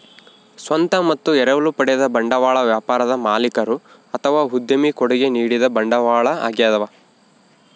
ಸ್ವಂತ ಮತ್ತು ಎರವಲು ಪಡೆದ ಬಂಡವಾಳ ವ್ಯಾಪಾರದ ಮಾಲೀಕರು ಅಥವಾ ಉದ್ಯಮಿ ಕೊಡುಗೆ ನೀಡಿದ ಬಂಡವಾಳ ಆಗ್ಯವ